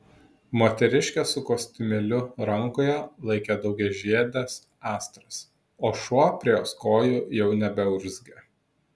moteriškė su kostiumėliu rankoje laikė daugiažiedes astras o šuo prie jos kojų jau nebeurzgė